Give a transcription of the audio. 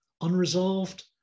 unresolved